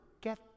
get